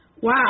wow